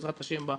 בעזרת-השם,